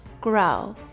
grow